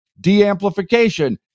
Deamplification